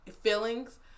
feelings